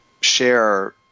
share